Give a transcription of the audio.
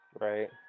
right